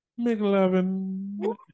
McLovin